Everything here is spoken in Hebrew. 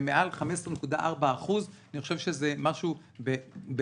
במעל 15.4%. אני חשוב שזה משהו בהקבלה